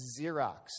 Xerox